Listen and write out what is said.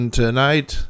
tonight